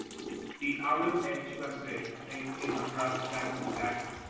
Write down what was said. the outer edge was gray, then came a broad band of black,